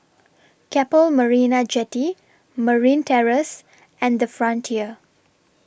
Keppel Marina Jetty Marine Terrace and The Frontier